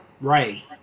Right